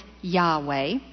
Yahweh